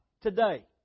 today